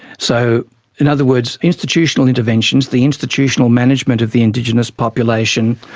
so in other words, institutional interventions, the institutional management of the indigenous population,